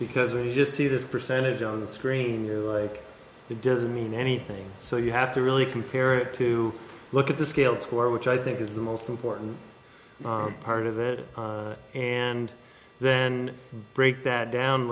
because we just see this percentage on the screen you like it doesn't mean anything so you have to really compare it to look at the scales for which i think is the most important part of it and then break that down